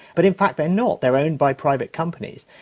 but in fact they are not, they are owned by private companies,